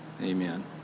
amen